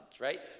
right